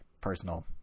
personal